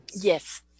yes